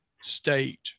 state